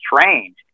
trained